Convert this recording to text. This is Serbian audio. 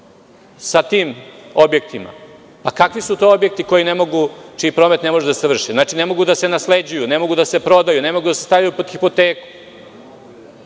sa tim objektima. Kakvi su to objekti čiji promet ne može da se vrši? Znači, ne mogu da se nasleđuju, ne mogu da se prodaju, ne mogu da se stave pod hipoteku. Gospodine